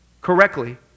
correctly